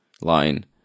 line